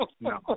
no